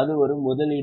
அது ஒரு முதலீடு அல்ல